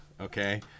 Okay